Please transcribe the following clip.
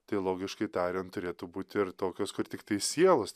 tai logiškai tariant turėtų būti ir tokios kur tiktai sielos